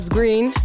Green